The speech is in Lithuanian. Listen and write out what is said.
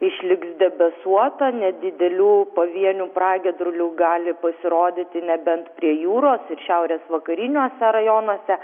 išliks debesuota nedidelių pavienių pragiedrulių gali pasirodyti nebent prie jūros ir šiaurės vakariniuose rajonuose